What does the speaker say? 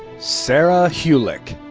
sarah hulick.